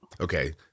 okay